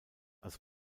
als